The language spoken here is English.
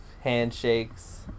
handshakes